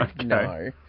no